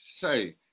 Say